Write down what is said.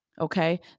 Okay